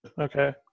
okay